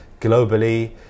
globally